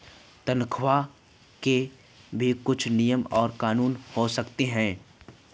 तन्ख्वाह के भी कुछ नियम और कानून हुआ करते हैं